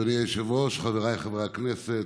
אדוני היושב-ראש, חבריי חברי הכנסת,